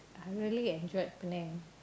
I really enjoyed Penang